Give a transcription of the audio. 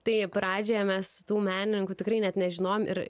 tai pradžioje mes tų menininkų tikrai net nežinojom ir